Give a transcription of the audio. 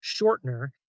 shortener